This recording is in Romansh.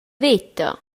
veta